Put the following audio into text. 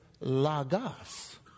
lagos